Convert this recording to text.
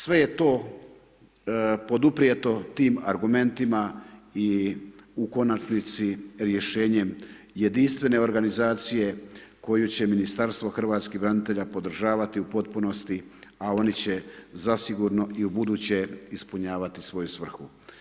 Sve je to poduprijeto tim argumentima i u konačnici rješenjem jedinstvene organizacije koju će Ministarstvo hrvatskih branitelja podržavati u potpunosti a oni će zasigurno i ubuduće ispunjavati svoju svrhu.